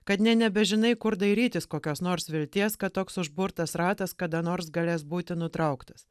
kad nė nebežinai kur dairytis kokios nors vilties kad toks užburtas ratas kada nors galės būti nutrauktas